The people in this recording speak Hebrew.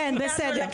כן בסדר,